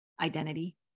identity